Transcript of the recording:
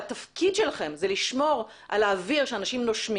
שהתפקיד שלכם זה לשמור על האוויר שאנשים נושמים,